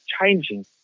changing